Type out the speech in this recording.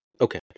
okay